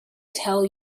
tell